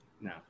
No